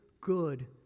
good